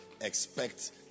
Expect